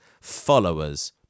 followers